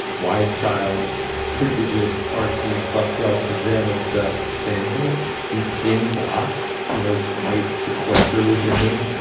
why is child prodigious, artsy, fucked up, zen obsessed family these same blocks, you know, might sequester within them.